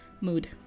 Mood